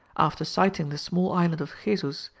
after sighting the small island of jesus,